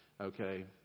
okay